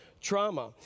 trauma